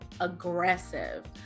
Aggressive